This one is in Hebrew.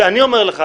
שאני אומר לך,